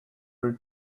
only